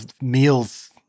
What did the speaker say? meals